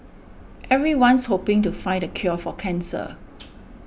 everyone's hoping to find the cure for cancer